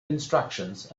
instructions